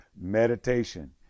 meditation